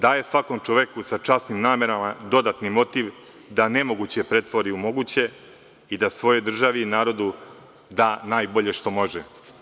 Daje svakom čoveku sa časnim namerama dodatni motiv da nemoguće pretvori u moguće i da svojoj državi i narodu da najbolje što može.